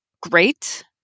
great